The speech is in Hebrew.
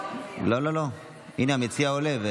לא, לא, הינה, המציע עולה.